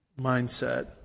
mindset